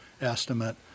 estimate